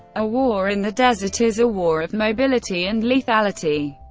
a war in the desert is a war of mobility and lethality.